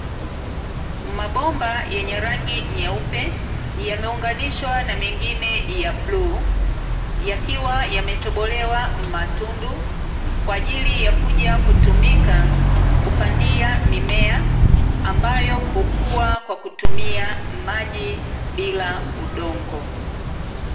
Mabomba yenye rangi nyeupe yameunganishwa na mengine ya bluu yakiwa yametobolewa matundu, kwa ajili ya kuja kutumika kupandia mimea ambayo hukua kwa kutumia maji bila udongo.